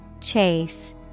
Chase